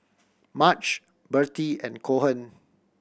Marge Birtie and Cohen